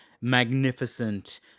magnificent